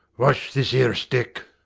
wash this ere stick